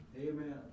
Amen